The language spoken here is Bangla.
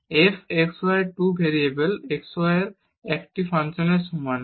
যা f x y 2 variable x এবং y এর একটি ফাংশনের সমান